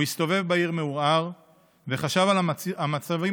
הוא הסתובב בעיר מהורהר וחשב על המצבים